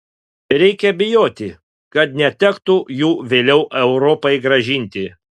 reikia bijoti kad netektų jų vėliau europai grąžinti